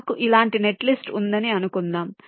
నాకు ఇలాంటి నెట్లిస్ట్ ఉందని అనుకుందాం